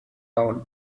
town